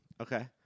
Okay